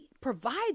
provides